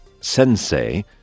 Sensei